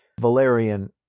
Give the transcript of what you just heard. Valerian